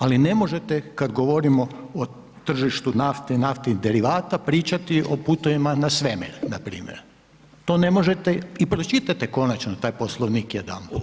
Ali ne možete, kad govorimo o tržištu nafte i naftnih derivata pričati o putovima na svemir, npr. To ne možete i pročitajte konačno taj Poslovnik jedanput.